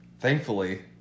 thankfully